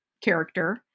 character